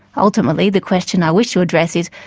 ultimately, the question i wish to address is,